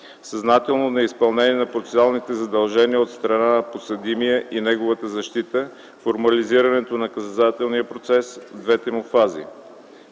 съзнателното неизпълнение на процесуалните задължения от страна на подсъдимия и неговата защита и формализирането на наказателния процес в двете му фази.